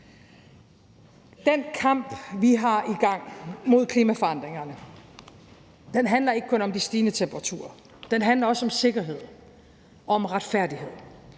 Den kamp, vi er i gang med mod klimaforandringerne, handler ikke kun om de stigende temperaturer. Den handler også om sikkerhed, om retfærdighed